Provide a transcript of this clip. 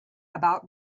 about